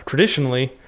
traditionally,